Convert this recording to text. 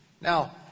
Now